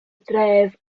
dref